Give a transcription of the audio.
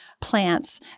Plants